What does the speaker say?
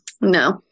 No